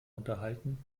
unterhalten